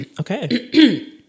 Okay